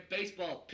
Baseball